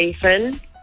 Jason